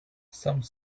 some